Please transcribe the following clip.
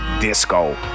Disco